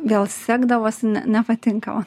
vėl sekdavosi ne nepatinka man